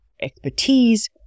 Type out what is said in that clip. expertise